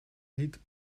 eight